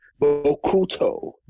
Bokuto